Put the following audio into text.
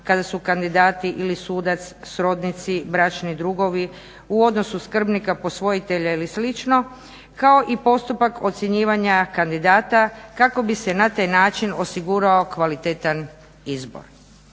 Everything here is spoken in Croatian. kada su kandidati ili sudac srodnici, bračni drugovi u odnosu skrbnika posvojitelja ili slično kao i postupak ocjenjivanja kandidata kako bi se na taj način osigurao kvalitetan izbor.